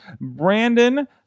brandon